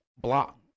block